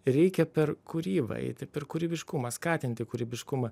reikia per kūrybą eiti per kūrybiškumą skatinti kūrybiškumą